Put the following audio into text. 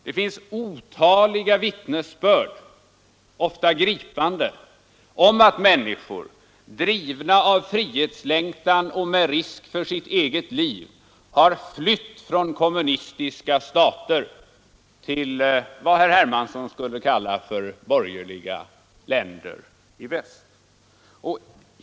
Det finns otaliga vittnesbörd, ofta gripande, om att människor drivna av frihetslängtan och med risk för sitt eget liv har flytt från kommunistiska stater till vad herr Hermansson skulle kalla borgerliga länder i väst.